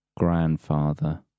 grandfather